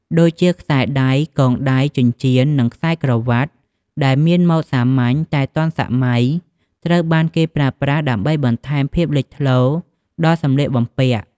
ដូចជា ខ្សែដៃ កងដៃ ចិញ្ចៀន និងខ្សែក្រវ៉ាត់ដែលមានម៉ូដសាមញ្ញ តែទាន់សម័យ ត្រូវបានគេប្រើប្រាស់ដើម្បីបន្ថែមភាពលេចធ្លោដល់សម្លៀកបំពាក់។